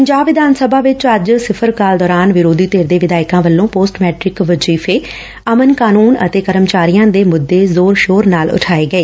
ਪੰਜਾਬ ਵਿਧਾਨ ਸਭਾ ਵਿਚ ਅੱਜ ਸਿਫ਼ਰ ਕਾਲ ਦੌਰਾਨ ਵਿਰੋਧੀ ਧਿਰ ਦੇ ਵਿਧਾਇਕਾਂ ਵੱਲੋਂ ਪੋਸਟ ਮੈਟ੍ਕਿਕ ਵਜੀਫ਼ੇ ਅਮਨ ਕਾਨੁੰਨ ਅਤੇ ਕਰਮਚਾਰੀਆਂ ਦੇ ਮੁੱਦੇ ਜ਼ੋਰ ਸ਼ੋਰ ਨਾਲ ਉਠਾਏ ਗਏ